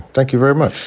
thank you very much.